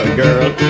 girl